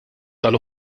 tal